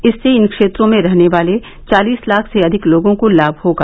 इससे इन क्षेत्रों में रहने वाले चालीस लाख से अधिक लोगों को लाभ होगा